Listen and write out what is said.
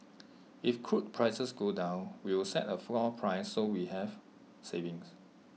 if crude prices go down we will set A floor price so we have savings